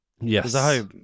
Yes